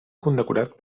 condecorat